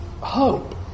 hope